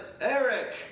Eric